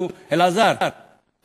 אלעזר,